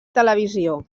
televisió